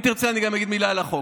אם תרצה, אני אגיד גם מילה על החוק.